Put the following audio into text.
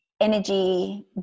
energy